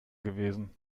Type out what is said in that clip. gewesen